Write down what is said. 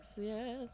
Yes